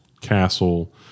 castle